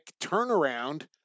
turnaround